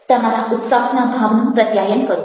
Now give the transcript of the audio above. તમારા ઉત્સાહના ભાવનું પ્રત્યાયન કરો